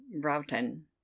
broughton